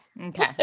Okay